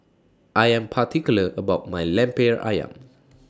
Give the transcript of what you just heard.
I Am particular about My Lemper Ayam